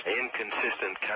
inconsistent